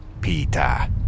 Peter